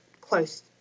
close